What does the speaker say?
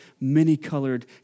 many-colored